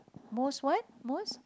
most what most